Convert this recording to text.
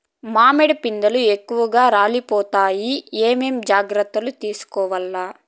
మామిడి పిందెలు ఎక్కువగా రాలిపోతాయి ఏమేం జాగ్రత్తలు తీసుకోవల్ల?